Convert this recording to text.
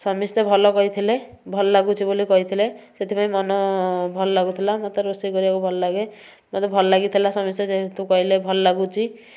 ସମିସ୍ତେ ଭଲ କହିଥିଲେ ଭଲ ଲାଗୁଛି ବୋଲି କହିଥିଲେ ସେଥିପାଇଁ ମନ ଭଲ ଲାଗୁଥିଲା ମତେ ରୋଷେଇ କରିବାକୁ ଭଲ ଲାଗେ ଭଲ ଲାଗିଥିଲା ସମସ୍ତେ ଯେହେତୁ କହିଲେ ଭଲ ଲାଗୁଛି